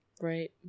right